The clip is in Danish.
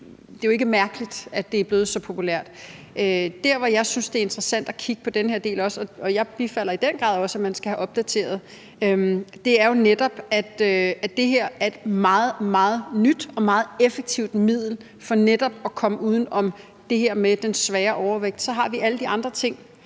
man sige, mærkeligt, at det er blevet så populært. Der, hvor jeg synes det er interessant at kigge på den her del – og jeg bifalder i den grad også, at man skal have en opdatering – er jo netop også, i forhold til at det her er et meget, meget nyt og meget effektivt middel til netop at komme uden om det her med den svære overvægt. Så har vi alle de andre ting,